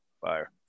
fire